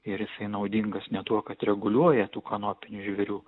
ir jisai naudingas ne tuo kad reguliuoja tų kanopinių žvėrių